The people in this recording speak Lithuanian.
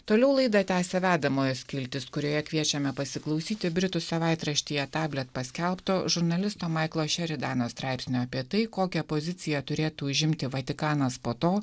toliau laida tęsia vedamojo skiltis kurioje kviečiame pasiklausyti britų savaitraštyje tablet paskelbto žurnalisto maiklo šeridano straipsnio apie tai kokią poziciją turėtų užimti vatikanas po to